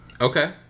Okay